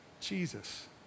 Jesus